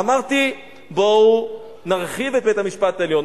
אמרתי: בואו נרחיב את בית-המשפט העליון,